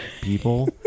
people